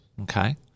Okay